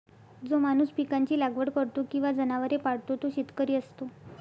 जो माणूस पिकांची लागवड करतो किंवा जनावरे पाळतो तो शेतकरी असतो